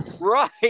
right